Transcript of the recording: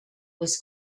was